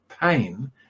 pain